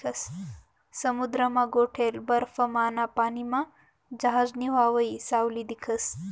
समुद्रमा गोठेल बर्फमाना पानीमा जहाजनी व्हावयी सावली दिखस